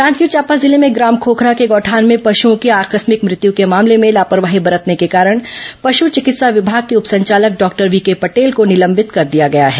जांजगीर चांपा जिले में ग्राम खोखरा के गौठान में पशुओं की आकस्मिक मृत्यु के मामले में लापरवाही बरतने के कारण पशु चिकित्सा विभाग के उप संचालक डॉक्टर वीके पटेल को निलंबित ं कर दिया गया है